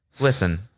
Listen